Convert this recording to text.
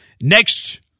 Next